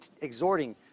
exhorting